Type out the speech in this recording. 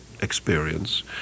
experience